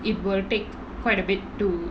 it will take quite a bit to